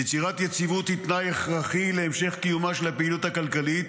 יצירת יציבות היא תנאי הכרחי להמשך קיומה של הפעילות הכלכלית